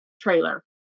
trailer